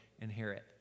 inherit